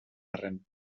arren